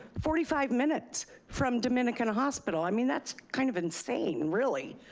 forty five minutes from dominican hospital. i mean, that's kind of insane really.